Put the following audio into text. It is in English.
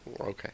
Okay